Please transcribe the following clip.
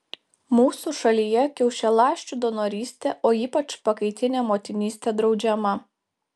mūsų šalyje kiaušialąsčių donorystė o ypač pakaitinė motinystė draudžiama